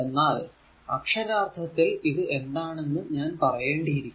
എന്നാൽ അക്ഷരാർത്ഥത്തിൽ ഇത് എന്താണെന്നു ഞാൻ പറയേണ്ടി ഇരിക്കുന്നു